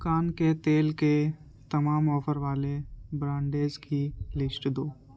کان کے تیل کے تمام آفر والے برانڈیز کی لسٹ دو